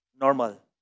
normal